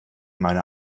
meine